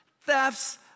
thefts